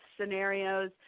scenarios